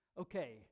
Okay